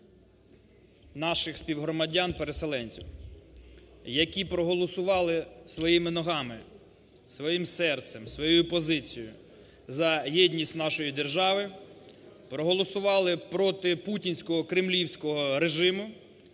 наших співгромадян-переселенців, які проголосували своїми ногами, своїм серцем, своєю позицією за єдність нашої держави, проголосували проти путінського кремлівського режиму,